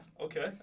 Okay